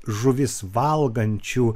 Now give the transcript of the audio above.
žuvis valgančių